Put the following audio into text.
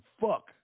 fuck